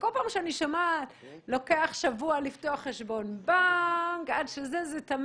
בכל פעם שאני שומעת לוקח שבוע לפתוח חשבון בנק זה לא